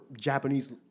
Japanese